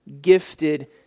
gifted